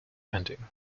ending